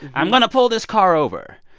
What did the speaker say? i'm going to pull this car over.